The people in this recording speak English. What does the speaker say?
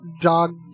dog